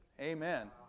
Amen